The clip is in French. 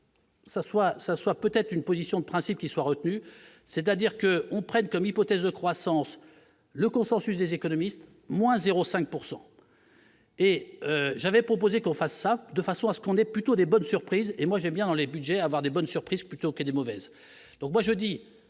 ça, soit peut-être une position de principe qui soit retenue, c'est-à-dire que on prennent comme hypothèse de croissance, le consensus des économistes : moins 0 5 pourcent.. Et j'avais proposé qu'on fasse ça de façon à ce qu'on est plutôt des bonnes surprises et moi j'aime bien les Budgets, avoir des bonnes surprises, plutôt que de mauvaises, donc moi je dis,